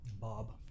bob